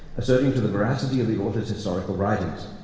asserting to the veracity of the author's historical writings.